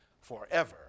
forever